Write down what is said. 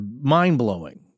mind-blowing